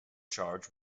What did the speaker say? charged